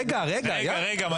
רגע, רגע.